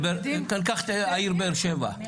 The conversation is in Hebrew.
קח את העיר באר-שבע,